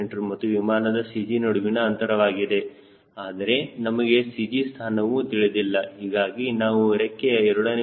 c ಮತ್ತು ವಿಮಾನದ CG ನಡುವಿನ ಅಂತರವಾಗಿದೆ ಆದರೆ ನಮಗೆ CG ಸ್ಥಾನವು ತಿಳಿದಿಲ್ಲ ಹೀಗಾಗಿ ನಾವು ರೆಕ್ಕೆಯ a